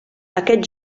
aquest